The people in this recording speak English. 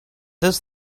this